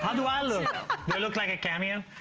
ah do i look but look like a cameo?